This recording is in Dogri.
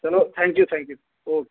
चलो thank you thank you okay